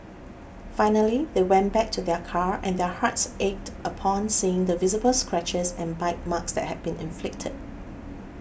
finally they went back to their car and their hearts ached upon seeing the visible scratches and bite marks that had been inflicted